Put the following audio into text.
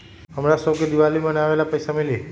हमरा शव के दिवाली मनावेला पैसा मिली?